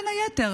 בין היתר,